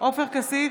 עופר כסיף,